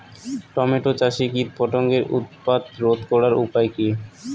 Tomato চাষে কীটপতঙ্গের উৎপাত রোধ করার উপায় কী?